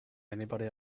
anybody